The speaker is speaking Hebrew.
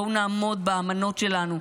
בואו נעמוד באמנות שלנו,